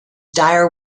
dire